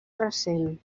recent